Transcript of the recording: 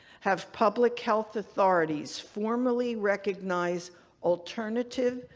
have public health authorities formally recognize alternative,